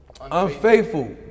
Unfaithful